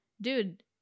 dude